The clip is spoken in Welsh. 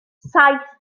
saith